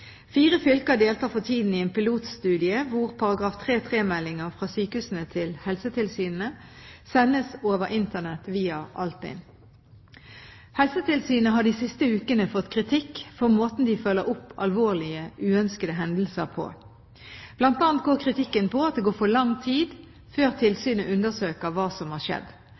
Fire fylker deltar for tiden i en pilotstudie hvor § 3-3-meldinger fra sykehusene til Helsetilsynet sendes over Internett via Altinn. Helsetilsynet har de siste ukene fått kritikk for måten de følger opp alvorlige uønskede hendelser på. Blant annet går kritikken på at det går for lang tid før tilsynet undersøker hva som har skjedd.